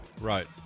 Right